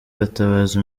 gatabazi